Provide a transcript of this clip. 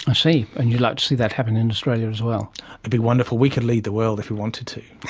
i see, and you'd like to see that happen in australia as well. it would be wonderful. we could lead the world if we wanted to.